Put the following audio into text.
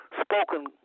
spoken